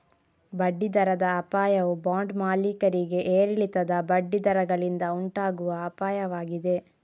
ಬಡ್ಡಿ ದರದ ಅಪಾಯವು ಬಾಂಡ್ ಮಾಲೀಕರಿಗೆ ಏರಿಳಿತದ ಬಡ್ಡಿ ದರಗಳಿಂದ ಉಂಟಾಗುವ ಅಪಾಯವಾಗಿದೆ